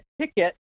ticket